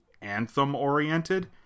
anthem-oriented